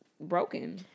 broken